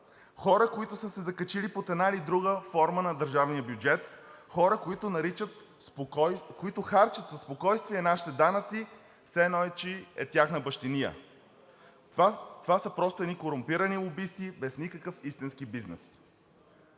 хора, които са се закачили под една или друга форма на държавния бюджет, хора, които харчат със спокойствие нашите данъци, все едно че е тяхна бащиния. Това са просто едни корумпирани лобисти без никакъв истински бизнес.